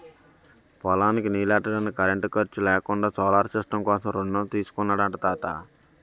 పొలానికి నీల్లెట్టడానికి కరెంటు ఖర్సు లేకుండా సోలార్ సిస్టం కోసం రుణం తీసుకున్నాడట తాత